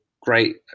great